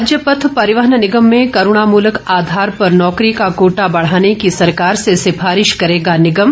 राज्य पथ परिवहन निगम में करूणामूलक आधार पर नौकरी का कोटा बढ़ाने की सरकार से सिफारिश करेगा निगम